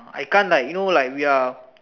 I can't like you know like we are